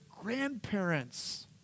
grandparents